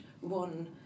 one